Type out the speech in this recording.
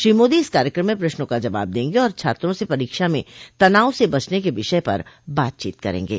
श्री मोदी इस कार्यक्रम में प्रश्नों का जवाब देंगे और छात्रों से परीक्षा में तनाव से बचने के विषय पर बातचीत करेंगे